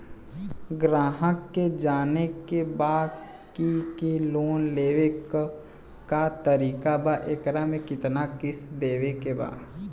ग्राहक के जाने के बा की की लोन लेवे क का तरीका बा एकरा में कितना किस्त देवे के बा?